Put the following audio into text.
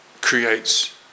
creates